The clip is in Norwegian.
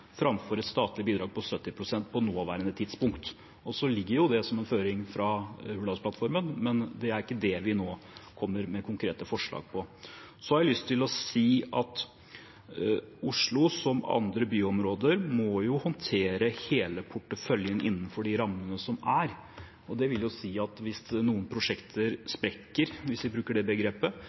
framfor et statlig bidrag på 70 pst. på nåværende tidspunkt. Det ligger som en føring fra Hurdalsplattformen, men det er ikke det vi nå kommer med konkrete forslag på. Så har jeg lyst til å si at Oslo, som andre byområder, må håndtere hele porteføljen innenfor de rammene som er. Det vil si at hvis noen prosjekter sprekker – hvis vi bruker det begrepet